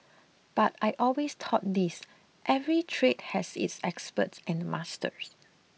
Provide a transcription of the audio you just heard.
but I always thought this every trade has its experts and masters